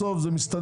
בסוף זה מסתדר,